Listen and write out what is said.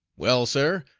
well, sir,